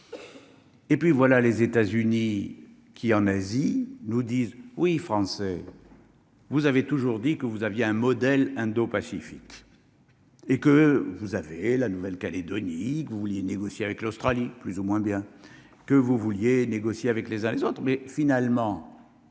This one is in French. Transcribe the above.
Et puis voilà, les États-Unis qui, en Asie, nous disent oui français : vous avez toujours dit que vous aviez un modèle indo-Pacifique et que vous avez la Nouvelle-Calédonie que vous vouliez négocier avec l'Australie, plus ou moins bien que vous vouliez négocier avec les uns les autres